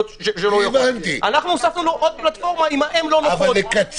אנחנו הוספנו לו עוד פלטפורמה --- לקצר